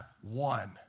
One